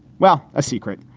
well, a secret.